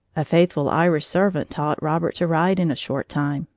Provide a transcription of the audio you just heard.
a faithful irish servant taught robert to ride in a short time,